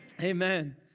Amen